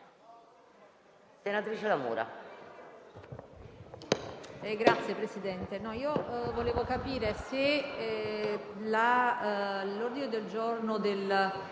Senatrice La Mura,